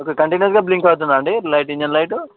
okay కంటీన్యూయస్గా blink అవుతుందా అండి లైట్ ఇంజిన్ లైట్